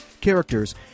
characters